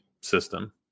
system